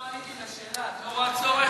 לא ענית על השאלה, את לא רואה צורך?